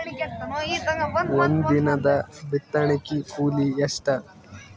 ಒಂದಿನದ ಬಿತ್ತಣಕಿ ಕೂಲಿ ಎಷ್ಟ?